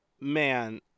man